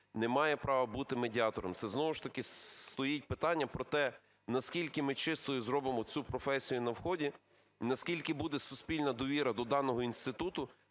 не має право бути медіатором. Це знову ж таки стоїть питання про те, наскільки ми чистою зробимо цю професію на вході, наскільки буде суспільна довіра до даного інституту,